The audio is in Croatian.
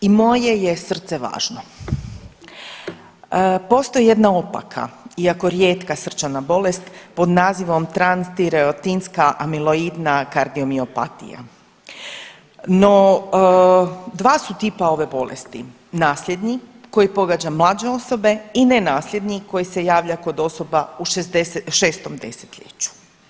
I moje je srce važno, postoji jedna opaka iako rijetka srčana bolest pod nazivom transtiretinska amiloidna kardiomiopatija, no dva su tipa ove bolesti, nasljedni koji pogađa mlađe osobe i ne nasljedni koji se javlja kod osoba u šestom desetljeću.